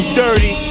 dirty